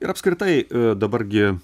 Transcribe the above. ir apskritai dabar gi